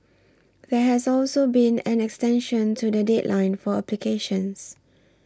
there has also been an extension to the deadline for applications